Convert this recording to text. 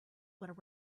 went